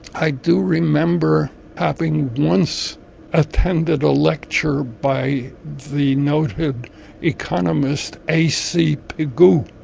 i do remember having once attended a lecture by the noted economist a c. pigou.